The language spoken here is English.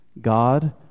God